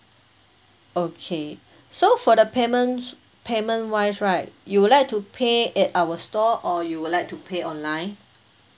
okay so for the payment payment wise right you would like to pay at our store or you would like to pay online